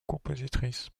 compositrice